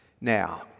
Now